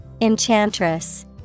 Enchantress